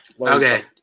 Okay